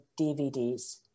DVDs